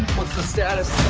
what's the status?